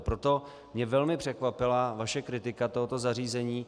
Proto mě velmi překvapila vaše kritika tohoto zařízení.